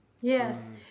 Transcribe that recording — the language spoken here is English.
yes